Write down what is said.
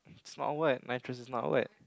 it's not a word is not a word